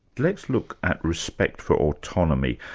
let's look at respect for autonomy.